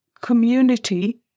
community